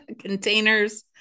containers